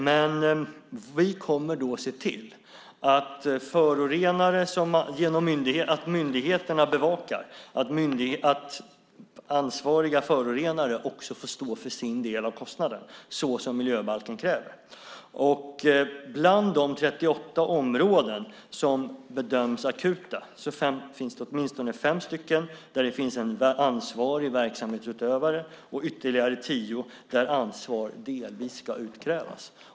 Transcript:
Men vi kommer att se till att myndigheterna bevakar att ansvariga förorenare också får stå för sin del av kostnaden så som miljöbalken kräver. Bland de 38 områden som bedöms akuta har åtminstone fem stycken en ansvarig verksamhetsutövare. Vid ytterligare tio ska ansvar delvis utkrävas.